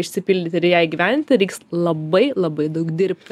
išsipildyti ir ją įgyvendinti reiks labai labai daug dirbti